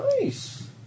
Nice